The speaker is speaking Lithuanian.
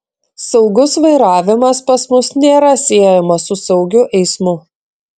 saugus vairavimas pas mus nėra siejamas su saugiu eismu